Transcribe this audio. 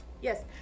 yes